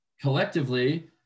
collectively